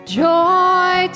joy